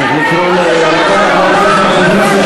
אדוני היושב-ראש, חברים, אנחנו